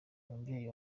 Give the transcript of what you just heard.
umubyeyi